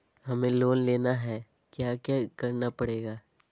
हमें लोन लेना है क्या क्या करना पड़ेगा?